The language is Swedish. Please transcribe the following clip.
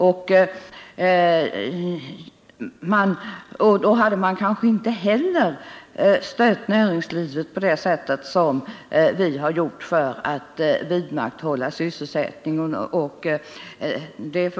Kanske hade man inte heller stött näringslivet på det sätt som vi har gjort för att vidmakthålla sysselsättningen.